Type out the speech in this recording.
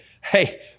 Hey